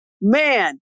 man